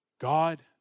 God